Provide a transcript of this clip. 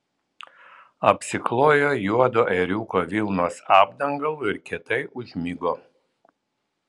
apsiklojo juodo ėriuko vilnos apdangalu ir kietai užmigo